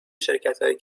شرکتهایی